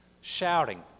shouting